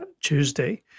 Tuesday